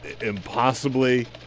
impossibly